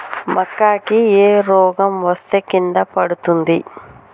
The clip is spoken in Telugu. మక్కా కి ఏ రోగం వస్తే కింద పడుతుంది?